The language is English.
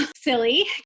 silly